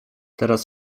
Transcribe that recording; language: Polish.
teraz